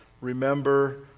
Remember